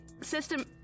system